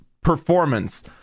performance